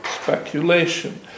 speculation